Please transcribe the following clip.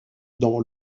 dans